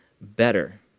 better